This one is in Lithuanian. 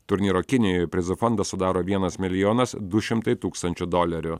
turnyro kinijoje prizų fondą sudaro vienas milijonas du šimtai tūkstančių dolerių